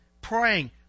praying